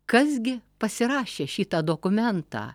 kas gi pasirašė šitą dokumentą